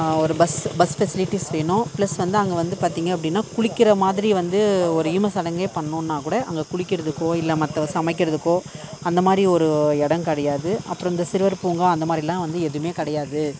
ஒரு bus bus facilities வேணும் plus வந்து அங்கே வந்து பார்த்தீங்க அப்படின்னா குளிக்கிற மாதிரி வந்து ஒரு ஈமச்சடங்கே பண்ணோன்னால் கூட அங்கே குளிக்கிறதுக்கோ இல்லை மற்ற சமைக்கிறதுக்கோ அந்த மாதிரி ஒரு இடங் கிடையாது அப்புறோம் இந்த சிறுவர் பூங்கா அந்த மாதிரில்லாம் வந்து எதுவுமே கிடையாது